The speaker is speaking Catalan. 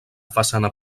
façana